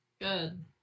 Good